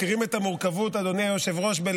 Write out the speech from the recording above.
אדוני היושב-ראש.